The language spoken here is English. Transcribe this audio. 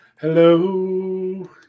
Hello